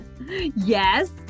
yes